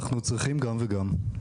אנחנו צריכים גם וגם.